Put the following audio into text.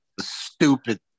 stupid